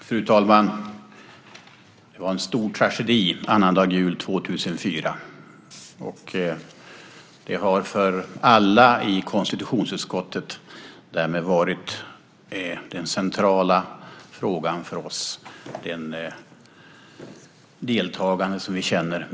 Fru talman! Det var en stor tragedi annandag jul 2004. Det deltagande vi känner med de drabbade har därmed varit en central fråga för oss alla i KU.